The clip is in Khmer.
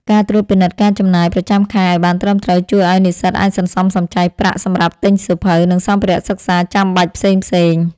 ការត្រួតពិនិត្យការចំណាយប្រចាំខែឱ្យបានត្រឹមត្រូវជួយឱ្យនិស្សិតអាចសន្សំសំចៃប្រាក់សម្រាប់ទិញសៀវភៅ និងសម្ភារៈសិក្សាចាំបាច់ផ្សេងៗ។